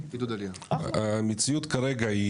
המציאות כרגע,